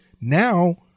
Now